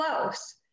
close